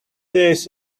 days